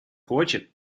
хочет